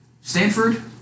Stanford